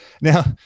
Now